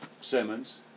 Simmons –